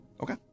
Okay